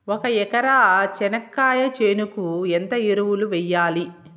ఒక ఎకరా చెనక్కాయ చేనుకు ఎంత ఎరువులు వెయ్యాలి?